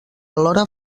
alhora